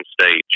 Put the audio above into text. stage